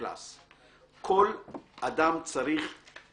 כל אדם צריך /